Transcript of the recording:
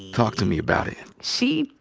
talk to me about it. she.